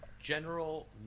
general